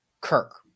Kirk